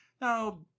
Now